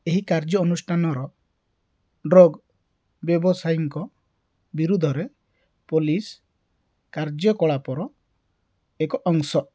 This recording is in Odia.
ଏହି କାର୍ଯ୍ୟାନୁଷ୍ଠାନର ଡ୍ରଗ୍ ବ୍ୟବସାୟୀଙ୍କ ବିରୁଦ୍ଧରେ ପୋଲିସ୍ କାର୍ଯ୍ୟକଳାପର ଏକ ଅଂଶ